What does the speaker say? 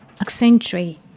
accentuate